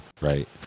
right